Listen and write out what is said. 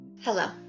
Hello